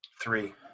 Three